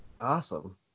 Awesome